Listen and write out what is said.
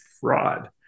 fraud